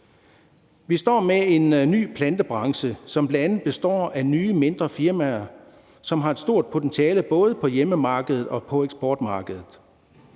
Vi står med en ny plantebranche, som bl.a. består af nye, mindre firmaer, som har et stort potentiale både på hjemmemarkedet og på eksportmarkedet.